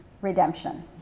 redemption